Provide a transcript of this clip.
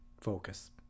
focus